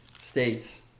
states